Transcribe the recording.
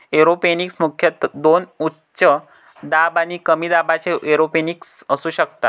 aeroponics मुख्यतः दोन उच्च दाब आणि कमी दाबाच्या एरोपोनिक्स असू शकतात